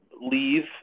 leave